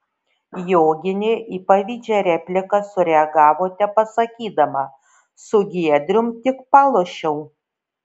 joginė į pavydžią repliką sureagavo tepasakydama su giedrium tik palošiau